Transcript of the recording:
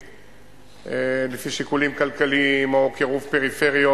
לפי שיקולים כלכליים או קירוב פריפריות,